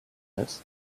this